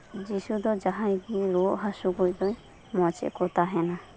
ᱡᱤᱥᱩ ᱫᱚ ᱡᱟᱦᱟᱸᱭ ᱜᱮ ᱨᱩᱣᱟᱹᱜ ᱦᱟᱥᱳ ᱠᱚᱫᱚᱭ ᱢᱚᱸᱡᱽᱮᱫ ᱠᱚ ᱛᱟᱦᱮᱸᱫᱼᱟ